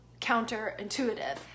counterintuitive